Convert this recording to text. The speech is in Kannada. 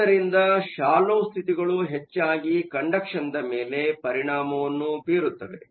ಆದ್ದರಿಂದ ಶಾಲ್ಲೋ ಸ್ಥಿತಿಗಳು ಹೆಚ್ಚಾಗಿ ಕಂಡಕ್ಷನ್ದ ಮೇಲೆ ಪರಿಣಾಮವನ್ನು ಬೀರುತ್ತವೆ